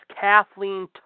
Kathleen